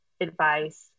advice